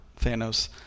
Thanos